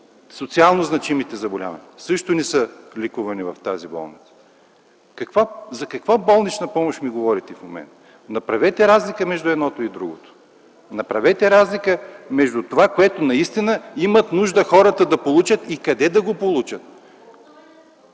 Социално значимите заболявания също не са лекувани в тази болница. За каква болнична помощ ми говорите в момента? Направете разлика между едното и другото. Направете разлика между това, което хората имат нужда да получат и къде да го получат.